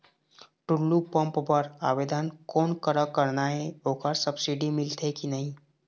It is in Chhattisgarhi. टुल्लू पंप बर आवेदन कोन करा करना ये ओकर सब्सिडी मिलथे की नई?